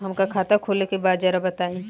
हमका खाता खोले के बा जरा बताई?